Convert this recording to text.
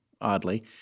oddly